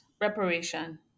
reparation